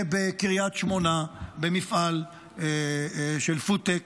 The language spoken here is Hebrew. ובקריית שמונה במפעל של פודטק,